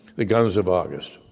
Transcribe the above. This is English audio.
the guns of august.